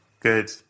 Good